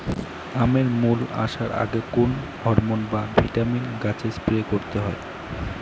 আমের মোল আসার আগে কোন হরমন বা ভিটামিন গাছে স্প্রে করতে হয়?